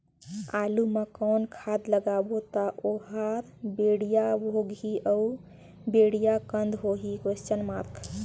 आलू मा कौन खाद लगाबो ता ओहार बेडिया भोगही अउ बेडिया कन्द होही?